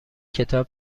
کتاب